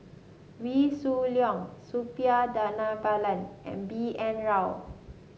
Wee Shoo Leong Suppiah Dhanabalan and B N Rao